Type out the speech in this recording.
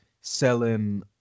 selling